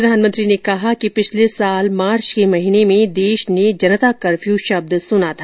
प्रधानमंत्री ने कहा कि पिछले साल मार्च के महीने में देश ने जनता कफ्यू शब्द सुना था